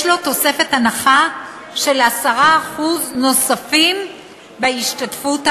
לו תוספת הנחה של 10% בהשתתפות העצמית.